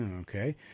okay